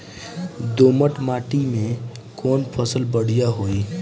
दोमट माटी में कौन फसल बढ़ीया होई?